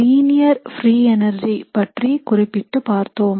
linear free energy உறவுமுறைகள் பற்றி குறிப்பிட்டு பார்த்தோம்